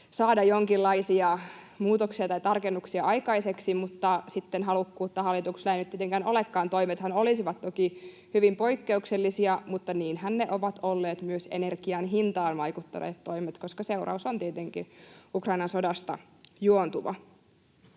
saada jonkinlaisia muutoksia tai tarkennuksia aikaiseksi, mutta sitten halukkuutta hallituksella ei nyt tietenkään olekaan. Toimethan olisivat toki hyvin poikkeuksellisia, mutta niinhän ovat olleet myös ne energian hintaan vaikuttaneet toimet, koska seuraus on tietenkin Ukrainan sodasta juontuva.